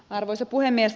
arvoisa puhemies